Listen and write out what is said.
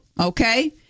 Okay